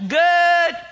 good